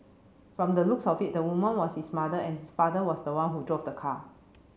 from the looks of it the woman was his mother and his father was the one who drove the car